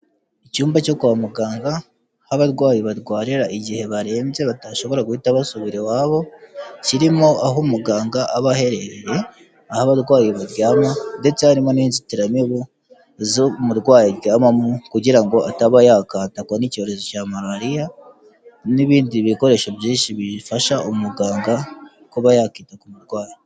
Icyumba cyo kwa muganga aho abarwayi barwarira igihe barembye batashobora guhita basubira iwabo, kirimo aho umuganga aba aherereye, aho abarwayi baryama ndetse harimo n'inzitiramibu zo umurwayi aryamamo kugira ngo ataba yakwahatakwa n'icyorezo cya malariya n'ibindi bikoresho byinshi bifasha umuganga kuba yakita ku murwayi.